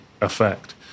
effect